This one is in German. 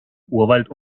urwald